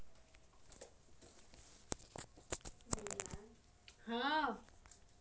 पेड़क डंठल सं प्राप्त फाइबर कें प्राकृतिक फाइबर कहल जाइ छै